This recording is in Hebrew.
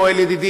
יואל ידידי,